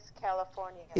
California